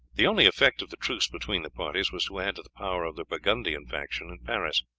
the only effect of the truce between the parties was to add to the power of the burgundian faction in paris.